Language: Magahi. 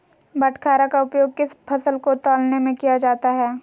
बाटखरा का उपयोग किस फसल को तौलने में किया जाता है?